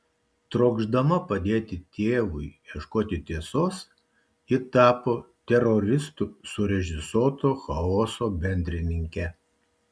trokšdama padėti tėvui ieškoti tiesos ji tapo teroristų surežisuoto chaoso bendrininke